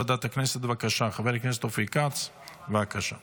אני קובע כי החלטת ועדת הכנסת בדבר פיצול הצעת חוק